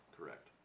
Correct